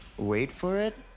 wait for it.